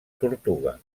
tortuga